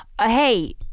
Hey